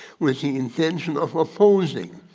was the intention of opposing.